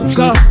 go